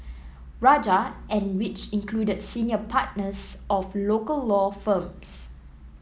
Rajah and which included senior partners of local law firms